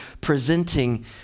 presenting